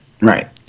right